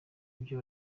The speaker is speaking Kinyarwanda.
ibyo